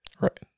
Right